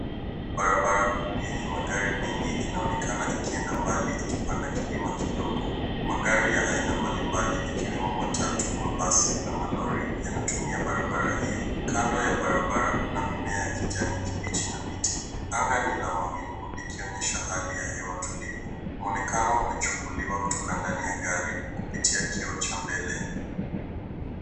Barabara kuu yenye magari mengi inaonekana ikienda mbali na kilima kidogo. Magari ya aina mbalimbali ikiwemo matatu, mabasi na malori yanatumia barabara hiyo. Kando ya barabara kuna mimea ya kijani kibichi na miti. Anga ni la mawingu likionyesha hali ya hewa tulivu. Muonekano umechukuliwa ndani ya gari kupitia kioo cha mbele.